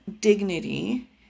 dignity